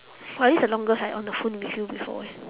!wah! this is the longest I on the phone with you before eh